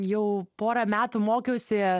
jau porą metų mokiausi